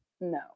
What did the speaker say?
No